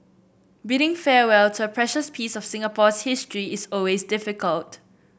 bidding farewell to a precious piece of Singapore's history is always difficult